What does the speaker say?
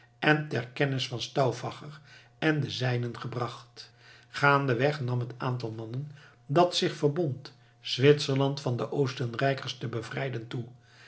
en ter kennis van stauffacher en de zijnen gebracht gaandeweg nam het aantal mannen dat zich verbond zwitserland van de oostenrijkers te bevrijden toe